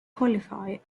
qualify